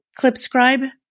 ClipScribe